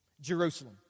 Jerusalem